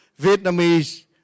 Vietnamese